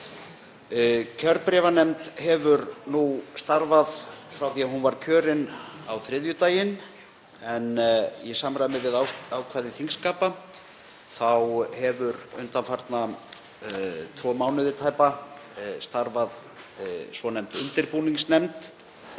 Kjörbréfanefnd hefur nú starfað frá því að hún var kjörin á þriðjudaginn en í samræmi við ákvæði þingskapa hefur undanfarna tvo mánuði tæpa starfað svonefnd undirbúningsnefnd